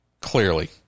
clearly